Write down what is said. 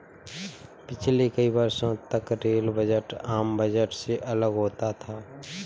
पिछले कई वर्षों तक रेल बजट आम बजट से अलग होता था